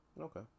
Okay